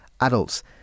adults